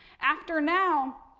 after now,